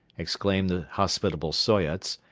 exclaimed the hospitable soyots,